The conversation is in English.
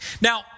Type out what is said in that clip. Now